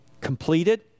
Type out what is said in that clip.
completed